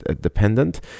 dependent